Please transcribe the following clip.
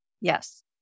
Yes